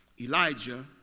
Elijah